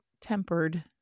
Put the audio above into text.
tempered